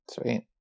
Sweet